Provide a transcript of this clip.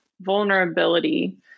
vulnerability